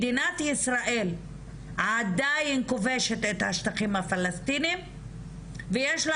מדינת ישראל עדיין כובשת את השטחים הפלשתינאיים ויש לה